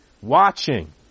watching